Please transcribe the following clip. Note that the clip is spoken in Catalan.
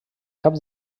cap